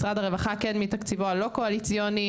משרד הרווחה כן מתקציבו הלא קואליציוני,